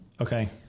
okay